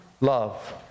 love